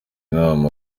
inama